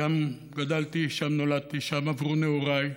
שם גדלתי, שם נולדתי, שם עברו נעוריי,